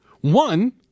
One